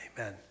Amen